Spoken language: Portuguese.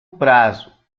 prazo